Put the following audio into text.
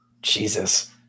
Jesus